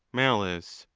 malice,